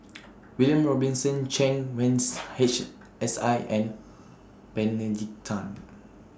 William Robinson Chen Wens Hsi and Benedict Tan